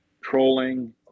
trolling